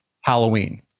Halloween